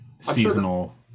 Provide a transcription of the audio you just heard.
Seasonal